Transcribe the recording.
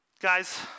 Guys